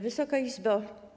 Wysoka Izbo!